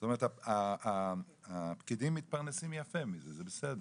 זאת אומרת, הפקידים מתפרנסים יפה מזה, זה בסדר.